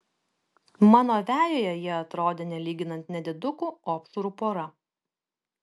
mano vejoje jie atrodė nelyginant nedidukų opšrų pora